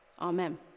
Amen